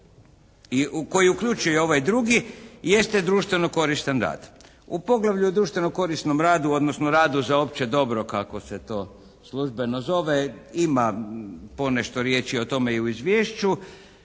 u koji uključuje ovaj drugi jeste društveno koristan rad. U poglavlju o društveno korisnom radu odnosno o radu za opće dobro kako se to službeno zove ima ponešto riječi o tome i u izvješću.